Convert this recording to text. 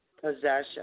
Possession